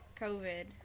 COVID